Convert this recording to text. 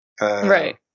right